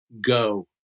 go